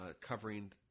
covering